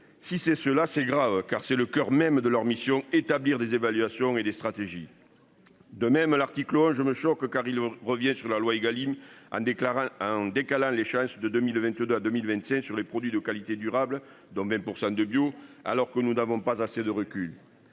si c'est cela, c'est grave car c'est le coeur même de leur mission, établir des évaluations et des stratégies. De même à l'article je me choque car il revient sur la loi Egalim a déclaré en décalant l'échéance de 2022 à 2025 sur les produits de qualité durable domaine % de bio alors que nous n'avons pas assez de recul.